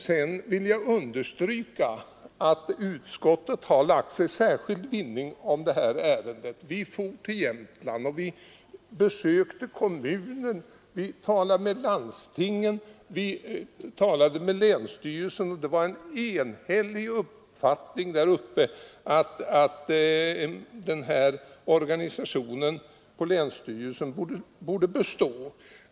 Vidare vill jag understryka att utskottet särskilt har vinnlagt sig om det här ärendet: Vi har farit till Jämtland och besökt kommunen och vi har talat med landsting och länsstyrelse. Därvid fann vi att det råder en enhällig uppfattning där uppe om att den nuvarande länspolisorganisationen borde bestå.